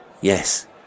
Yes